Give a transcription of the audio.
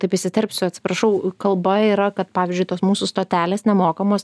taip įsiterpsiu atsiprašau kalba yra kad pavyzdžiui tos mūsų stotelės nemokamos